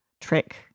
trick